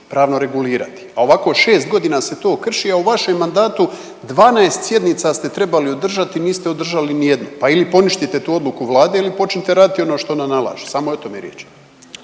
pravno regulirati. A ovako 6 godina se to krši, a u vašem mandatu 12 sjednica ste trebali održati, niste održali nijednu. Pa ili poništite tu odluku Vlade ili počnite raditi ono što ona nalaže. Samo o tome je riječ.